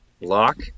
lock